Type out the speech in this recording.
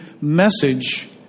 message